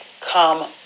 come